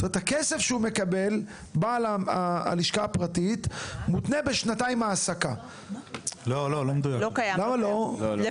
הכסף שבעל הלשכה הפרטית מקבל מותנה בהעסקה של שנתיים.